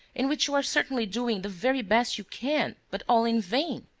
in which you are certainly doing the very best you can, but all in vain!